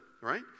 right